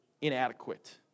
inadequate